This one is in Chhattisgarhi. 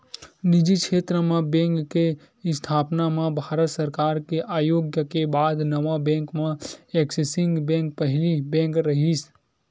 निजी छेत्र म बेंक के इस्थापना म भारत सरकार के अनुग्या के बाद नवा बेंक म ऐक्सिस बेंक पहिली बेंक रिहिस